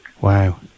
Wow